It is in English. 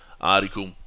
article